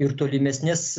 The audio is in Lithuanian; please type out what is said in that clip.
ir tolimesnės